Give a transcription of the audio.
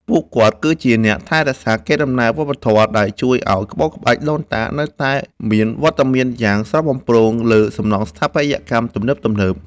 ពួកគាត់គឺជាអ្នកថែរក្សាកេរដំណែលវប្បធម៌ ដែលជួយឱ្យក្បូរក្បាច់ដូនតានៅតែមានវត្តមានយ៉ាងស្រស់បំព្រងលើសំណង់ស្ថាបត្យកម្មទំនើបៗ។